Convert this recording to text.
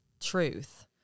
truth